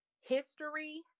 history